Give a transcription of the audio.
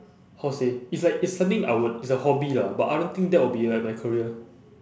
how to say it's like it's something I would it's a hobby lah but I don't think that will be like my career